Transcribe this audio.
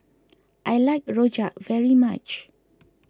I like Rojak very much